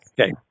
Okay